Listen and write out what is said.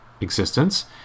existence